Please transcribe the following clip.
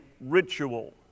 ritual